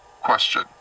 Question